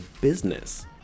business